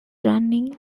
running